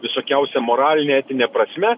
visokiausia moraline etine prasme